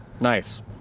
Nice